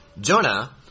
Jonah